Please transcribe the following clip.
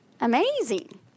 Amazing